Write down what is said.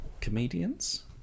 Comedians